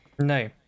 No